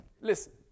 listen